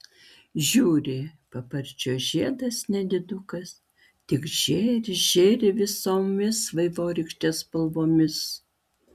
žiūri paparčio žiedas nedidukas tik žėri žėri visomis vaivorykštės spalvomis